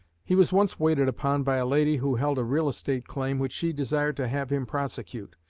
he was once waited upon by a lady who held a real-estate claim which she desired to have him prosecute,